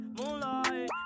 moonlight